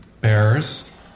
bears